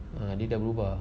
dia dah berubah